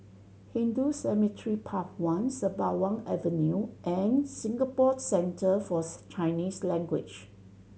Hindu Cemetery Path One Sembawang Avenue and Singapore Centre Forth Chinese Language